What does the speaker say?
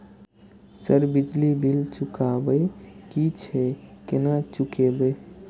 Sir बिजली bill चुकाबे की छे केना चुकेबे?